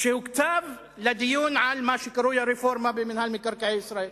שהוקצב לדיון על מה שקרוי הרפורמה במינהל מקרקעי ישראל.